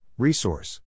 Resource